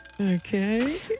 okay